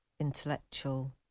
intellectual